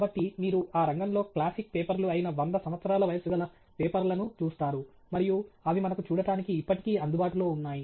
కాబట్టి మీరు ఆ రంగంలో క్లాసిక్ పేపర్లు అయిన వంద సంవత్సరాల వయస్సు గల పేపర్లను చూస్తారు మరియు అవి మనకు చూడటానికి ఇప్పటికీ అందుబాటులో ఉన్నాయి